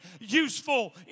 useful